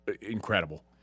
incredible